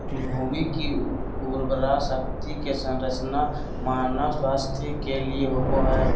भूमि की उर्वरा शक्ति के संरक्षण मानव स्वास्थ्य के लिए होबो हइ